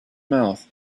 mouth